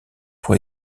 pour